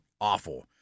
awful